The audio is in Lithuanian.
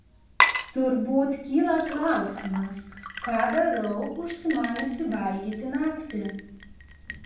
turbūt kyla klausimas ką darau užsimaniusi valgyti naktį